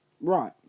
Right